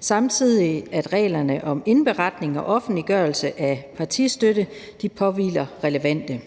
Samtidig påhviles det ifølge reglerne de relevante